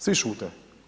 Svi šute.